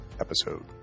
episode